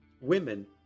women